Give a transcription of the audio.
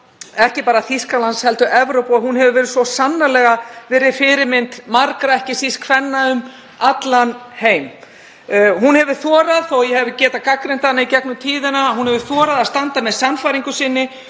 ekki bara Þýskalands heldur Evrópu. Hún hefur verið svo sannarlega verið fyrirmynd margra, ekki síst kvenna um allan heim. Þó að ég hafi getað gagnrýnt hana í gegnum tíðina hefur hún þorað að standa með sannfæringu sinni.